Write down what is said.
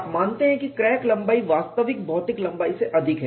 आप मानते हैं कि क्रैक लंबाई वास्तविक भौतिक लंबाई से अधिक है